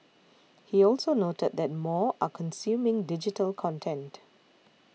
he also noted that more are consuming digital content